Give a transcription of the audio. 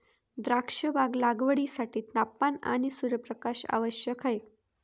द्राक्षबाग लागवडीसाठी तापमान आणि सूर्यप्रकाश आवश्यक आहे